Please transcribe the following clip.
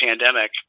pandemic